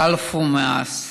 חלפו מאז.